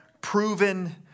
proven